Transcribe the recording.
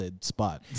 spot